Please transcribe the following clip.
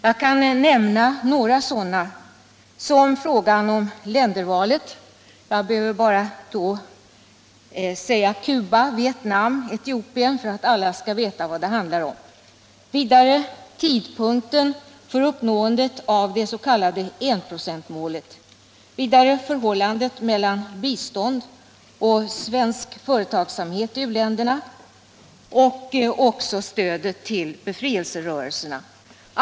Jag kan som exempel nämna frågan om ländervalet — jag behöver bara säga Cuba, Vietnam och Etiopien för att alla skall veta vad det handlar om — vidare tidpunkten för uppnåendet av det s.k. enprocentsmålet, förhållandet mellan bistånd och svensk fö retagsamhet i u-länderna liksom också stödet till befrielserörelserna.